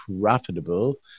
profitable